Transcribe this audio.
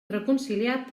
reconciliat